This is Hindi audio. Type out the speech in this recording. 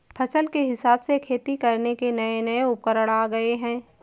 फसल के हिसाब से खेती करने के नये नये उपकरण आ गये है